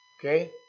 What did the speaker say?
Okay